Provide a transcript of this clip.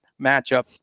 matchup